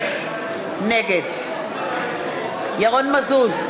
נגד ירון מזוז,